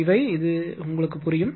இவை உங்களுக்கு புரியும்